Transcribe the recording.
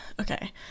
okay